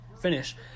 finish